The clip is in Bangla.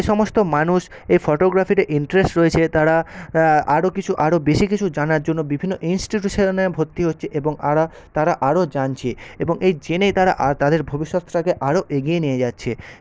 যে সমস্ত মানুষ এই ফটোগ্রাফিতে ইন্টরেস্ট রয়েছে তারা আরও কিছু আরও বেশি কিছু জানার জন্য বিভিন্ন ইন্সটিটিউশনে ভর্তি হচ্ছে এবং আরা তারা আরও জানছে এবং এই জেনে তারা আর তাদের ভবিষ্যতটাকে আরও এগিয়ে নিয়ে যাচ্ছে